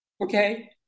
okay